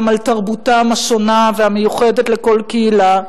על תרבותם השונה והמיוחדת לכל קהילה,